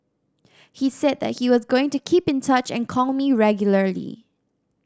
he said that he was going to keep in touch and call me regularly